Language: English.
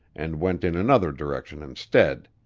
and went in another direction instead.